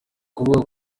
kuvuga